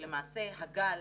שלמעשה הגל